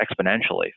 exponentially